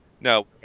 no